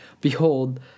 behold